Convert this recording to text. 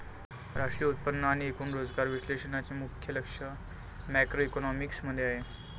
राष्ट्रीय उत्पन्न आणि एकूण रोजगार विश्लेषणाचे मुख्य लक्ष मॅक्रोइकॉनॉमिक्स मध्ये आहे